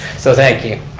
so thank you.